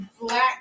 black